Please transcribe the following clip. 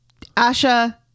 Asha